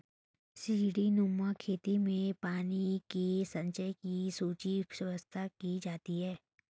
सीढ़ीनुमा खेतों में पानी के संचय की समुचित व्यवस्था की जाती है